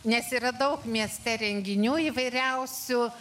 nes yra daug mieste renginių įvairiausių